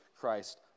Christ